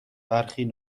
برخی